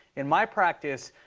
in my practice,